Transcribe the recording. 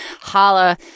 holla